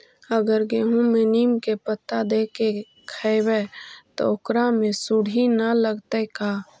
अगर गेहूं में नीम के पता देके यखबै त ओकरा में सुढि न लगतै का?